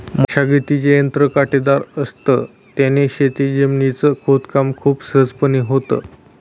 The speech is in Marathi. मशागतीचे यंत्र काटेदार असत, त्याने शेत जमिनीच खोदकाम खूप सहजपणे होतं